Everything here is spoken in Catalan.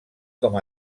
com